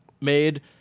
made